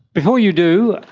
before you do,